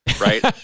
Right